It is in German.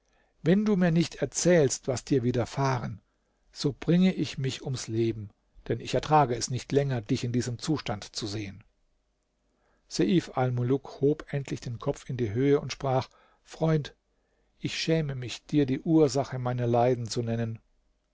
wenn du mir nicht erzählst was dir widerfahren so bringe ich mich ums leben denn ich ertrage es nicht länger dich in diesem zustand zu sehen seif almuluk hob endlich den kopf in die höhe und sprach freund ich schäme mich dir die ursache meiner leiden zu nennen